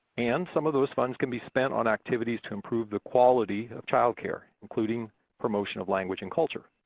and some of those funds can be spent on activities to improve the quality of child care, including promotion of language and culture.